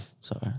Sorry